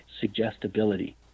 suggestibility